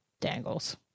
dangles